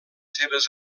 seves